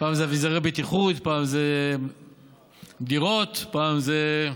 פעם זה אביזרי בטיחות, פעם זה דירות,